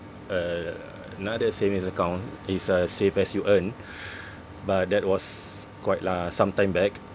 uh another savings account it's a save as you earn but that was quite lah some time back